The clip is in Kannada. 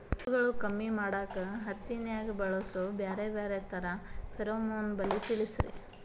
ಹುಳುಗಳು ಕಮ್ಮಿ ಮಾಡಾಕ ಹತ್ತಿನ್ಯಾಗ ಬಳಸು ಬ್ಯಾರೆ ಬ್ಯಾರೆ ತರಾ ಫೆರೋಮೋನ್ ಬಲಿ ತಿಳಸ್ರಿ